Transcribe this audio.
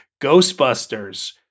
Ghostbusters